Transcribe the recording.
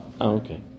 Okay